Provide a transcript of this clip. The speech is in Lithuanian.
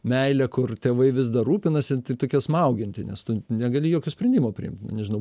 meilė kur tėvai vis dar rūpinasi tokia smaugianti nes tu negali jokio sprendimo priimt nu nežinau